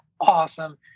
awesome